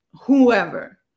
whoever